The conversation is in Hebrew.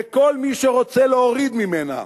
וכל מי שרוצה להוריד ממנה